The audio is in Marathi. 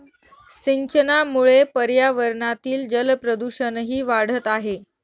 सिंचनामुळे पर्यावरणातील जलप्रदूषणही वाढत आहे